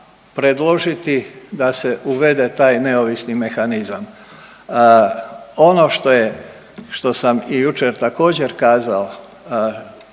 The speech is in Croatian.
predložiti da se uvede taj neovisni mehanizam? Ono što je, što sam i jučer također, kazao,